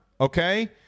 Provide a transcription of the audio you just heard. okay